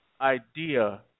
idea